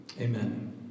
Amen